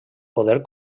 poder